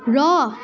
र